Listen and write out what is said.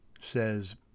says